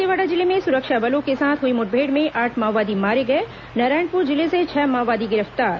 दंतेवाड़ा जिले में सुरक्षा बलों के साथ हुई मुठभेड़ में आठ माओवादी मारे गए नारायणपुर जिले से छह माओवादी गिरफ्तार